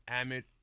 amid